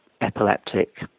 epileptic